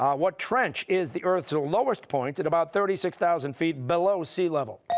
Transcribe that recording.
what trench is the earth's lowest point at about thirty six thousand feet below sea level?